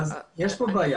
יש פה בעיה.